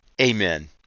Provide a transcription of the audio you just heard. amen